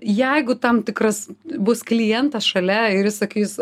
jeigu tam tikras bus klientas šalia ir jis sakys